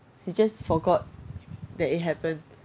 he just forgot that it happen